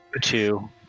two